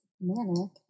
Manic